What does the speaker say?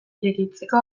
irekitzeko